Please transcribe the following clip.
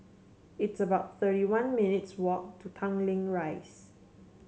it's about thirty one minutes' walk to Tanglin Rise